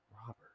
Robert